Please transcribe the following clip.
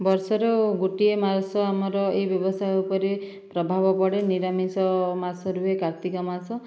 ବର୍ଷ ର ଗୋଟିଏ ମାସ ଆମର ଏ ବ୍ୟବସାୟ ଉପରେ ପ୍ରଭାବ ପଡ଼େ ନିରାମିଷ ମାସ ରୁହେ କାର୍ତ୍ତିକ ମାସ